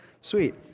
Sweet